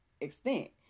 extent